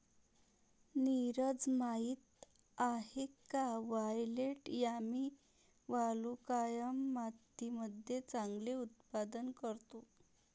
नीरज माहित आहे का वायलेट यामी वालुकामय मातीमध्ये चांगले उत्पादन करतो?